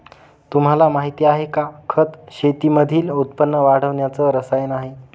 तुम्हाला माहिती आहे का? खत शेतीमधील उत्पन्न वाढवण्याच रसायन आहे